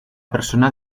persona